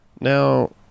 now